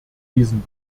diesen